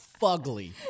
fugly